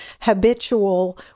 habitual